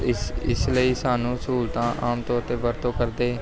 ਇਸ ਇਸ ਲਈ ਸਾਨੂੰ ਸਹੂਲਤਾਂ ਆਮ ਤੌਰ 'ਤੇ ਵਰਤੋਂ ਕਰਦੇ